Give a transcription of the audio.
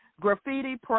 Graffiti